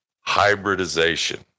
Hybridization